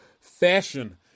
fashion